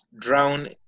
drown